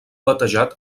batejat